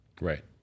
Right